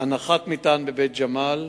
הנחת מטען בבית-ג'מאל,